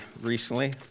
recently